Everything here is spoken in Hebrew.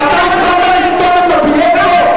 אתה התחלת לסתום את הפיות פה?